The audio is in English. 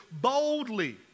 boldly